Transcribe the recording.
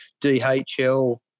DHL